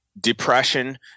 depression